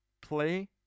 play